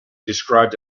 described